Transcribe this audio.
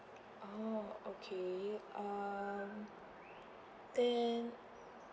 oh okay um then